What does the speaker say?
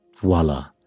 voila